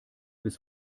bis